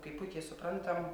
kaip puikiai suprantam